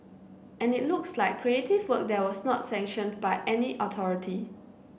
and it looks like creative work that was not sanctioned by any authority